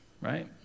right